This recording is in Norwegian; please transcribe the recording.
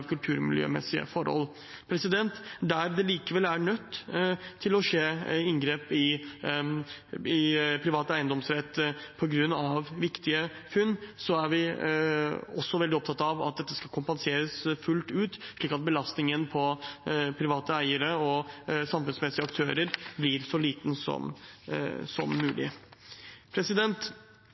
kulturmiljømessige forhold. Der det likevel er nødt til å skje inngrep i privat eiendomsrett på grunn av viktige funn, er vi også veldig opptatt av at dette skal kompenseres fullt ut, slik at belastningen på private eiere og samfunnsmessige aktører blir så liten som mulig.